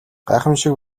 гайхамшиг